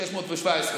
השר שטייניץ,